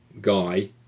guy